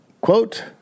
quote